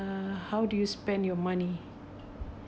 uh how do you spend your money